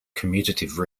commutative